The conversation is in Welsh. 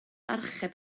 archeb